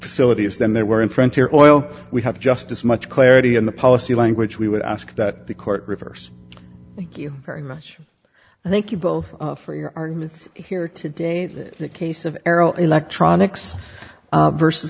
facilities than there were in front here oil we have just as much clarity in the policy language we would ask that the court reverse thank you very much and thank you both for your arguments here today the case of erroll electronics versus